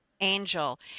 Angel